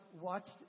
watched